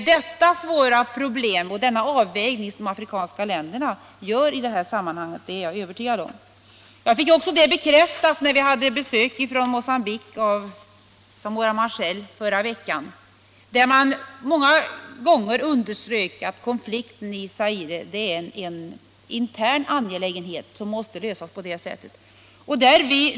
Det är denna avvägning de afrikanska länderna gör i det här sammanhanget — det är jag övertygad om. Vi fick också detta bekräftat när vi hade besök ifrån Mocambique av Zamora Machel förra veckan, han underströk att konflikten är en nationell angelägenhet som måste lösas internt.